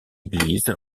église